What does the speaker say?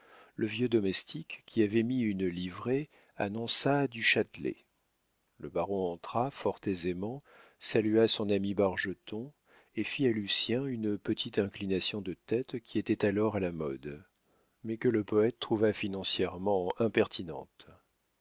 le vieux domestique qui avait mis une livrée annonça du châtelet le baron entra fort aisément salua son ami bargeton et fit à lucien une petite inclination de tête qui était alors à la mode mais que le poète trouva financièrement impertinente